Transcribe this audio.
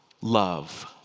Love